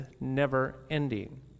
never-ending